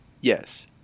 Yes